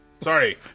sorry